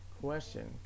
question